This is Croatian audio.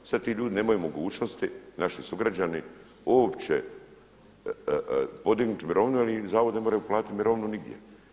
Sad ti ljudi nemaju mogućnosti, naši sugrađani uopće podignuti mirovinu jer im zavod ne može uplatiti mirovinu nigdje.